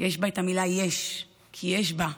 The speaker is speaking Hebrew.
יש בה את המילה יש, כי יש בה המון.